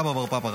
אבא מרי בר פפא,